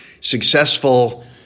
successful